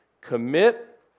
Commit